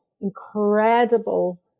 incredible